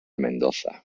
mendoza